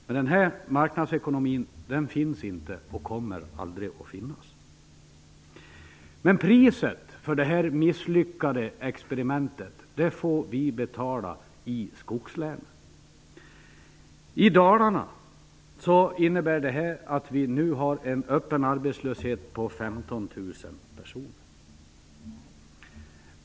Men en sådan marknadsekonomi finns inte, och kommer aldrig att finnas. Priset för det här misslyckade experimentet får vi i skogslänen betala. I Dalarna innebär det att vi nu har en öppen arbetslöshet som omfattar 15 000 personer.